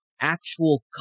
actual